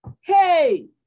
hey